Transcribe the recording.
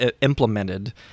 implemented